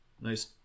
nice